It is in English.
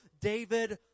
David